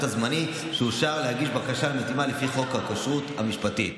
הזמני שאושר להגיש בקשה מתאימה לפי חוק הכשרות המשפטית.